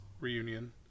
reunion